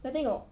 dah tengok